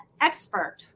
Expert